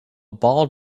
bald